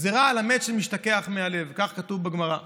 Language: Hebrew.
"גזרה על המת שישתכח מהלב", כך כתוב בגמרא.